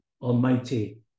Almighty